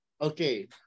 Okay